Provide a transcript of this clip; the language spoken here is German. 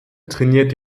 trainiert